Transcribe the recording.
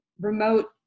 remote